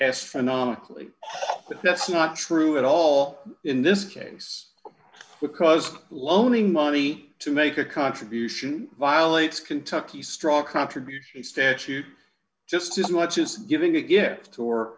astronomically high but that's not true at all in this case because loaning money to make a contribution violates kentucky straw contributions statute just as much as giving a gift or